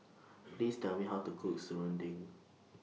Please Tell Me How to Cook Serunding